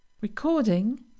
recording